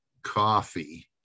Coffee